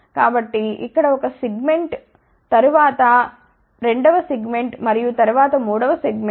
కాబట్టి ఇక్కడ ఒక సెగ్మెంట్ తరువాత రెండవ సెగ్మెంట్ మరియు తరువాత మూడవ సెగ్మెంట్